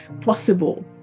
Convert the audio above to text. Possible